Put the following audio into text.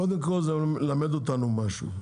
קודם כל זה מלמד אותנו משהו,